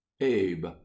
abe